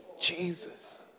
Jesus